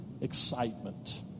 excitement